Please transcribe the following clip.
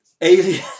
alien